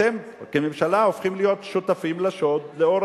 אתם כממשלה הופכים להיות שותפים לשוד לאור